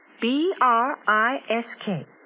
B-R-I-S-K